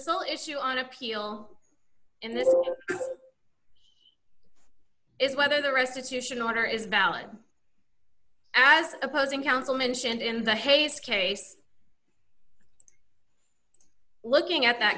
sole issue on appeal in this is whether the restitution order is valid as opposing counsel mentioned in the hayes case looking at that